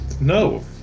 No